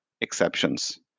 exceptions